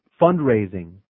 Fundraising